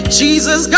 jesus